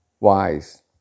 wise